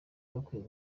bakwiye